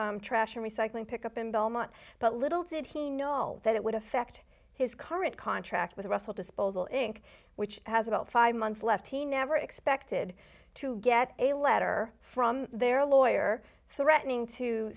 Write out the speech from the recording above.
trash and recycling pickup in belmont but little did he know that it would affect his current contract with russell disposal inc which has about five months left he never expected to get a letter from their lawyer threatening to